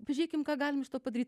pažiūrėkim ką galim iš to padaryt